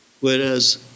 Whereas